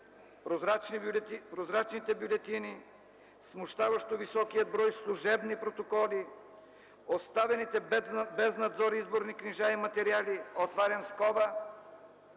прозрачните бюлетини, смущаващо високият брой служебни протоколи, оставените без надзор изборни книжа и материали, отварям скоба,